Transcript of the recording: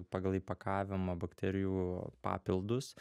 pagal įpakavimą bakterijų papildus